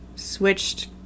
switched